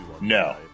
no